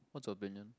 what's your opinion